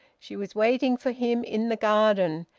she was waiting for him in the garden,